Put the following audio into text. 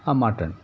మాట్లాడండి